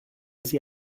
sie